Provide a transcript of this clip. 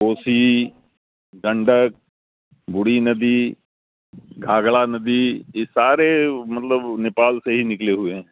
کوسی گنڈک بوڑی ندی گھاگرا ندی یہ سارے مطلب نیپال سے ہی نکلے ہوئے ہیں